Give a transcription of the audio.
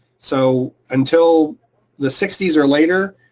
so until the sixty s or later,